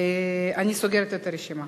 אני סוגרת את הרשימה.